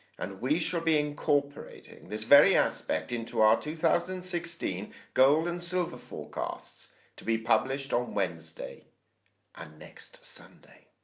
and we shall be incorporating this very aspect into our two thousand and sixteen gold and silver forecasts to be published on wednesday and next sunday.